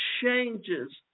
changes